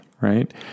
right